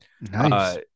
Nice